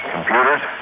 Computers